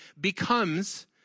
becomes